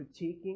critiquing